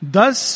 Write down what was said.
Thus